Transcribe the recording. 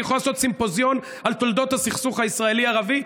אני יכול לעשות סימפוזיון על תולדות הסכסוך הישראלי ערבי.